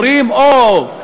עכשיו אומרים: אוה,